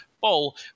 bowl